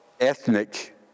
ethnic